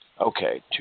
okay